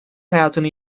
hayatını